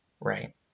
right